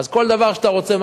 אז כל דבר שאתה רוצה,